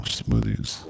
smoothies